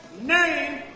name